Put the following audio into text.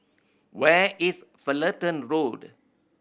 where is Fullerton Road